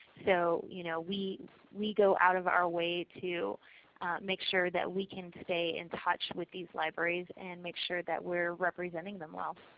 so you know we we go out of our way to make sure that we can stay in touch with these libraries and make sure that we are representing them well.